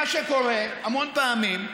מה שקורה המון פעמים,